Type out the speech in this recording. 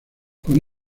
con